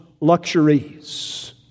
luxuries